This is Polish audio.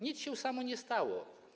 Nic się samo nie stało.